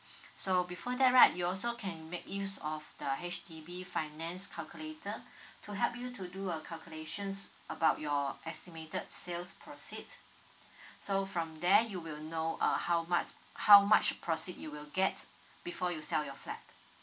so before that right you also can make use of the H_D_B finance calculator to help you to do a calculations about your estimated sales proceed so from there you will know uh how much how much proceed you will get before you sell your flat